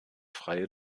freie